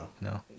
no